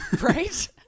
Right